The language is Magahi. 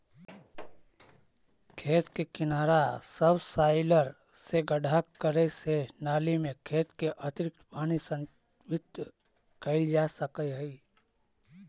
खेत के किनारा सबसॉइलर से गड्ढा करे से नालि में खेत के अतिरिक्त पानी संचित कइल जा सकऽ हई